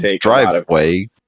driveway